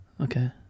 Okay